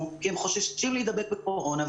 כי הם כי הם חוששים להידבק בקורונה,